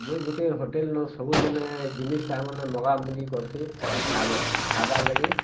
ମୁଇଁ ଗୁଟେ ହୋଟେଲ୍ନୁ ସବୁଦିନେ ଜିନିଷ୍ ତା'ର୍ ମାନେ ମଗାମଗି କର୍ସି ଖାଏବାର୍ ଲାଗି